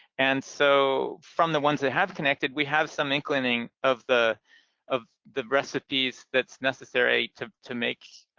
and so from the ones that have connected, we have some inkling of the of the recipes that's necessary to to make